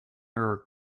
her